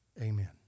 Amen